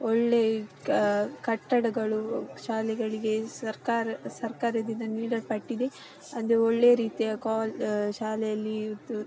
ಒಳ್ಳೆ ಕಟ್ಟಡಗಳು ಶಾಲೆಗಳಿಗೆ ಸರ್ಕಾರ ಸರ್ಕಾರದಿಂದ ನೀಡಲ್ಪಟ್ಟಿದೆ ಅಂದರೆ ಒಳ್ಳೆ ರೀತಿಯ ಕಾಲ ಶಾಲೆಯಲ್ಲಿ